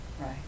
Right